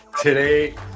today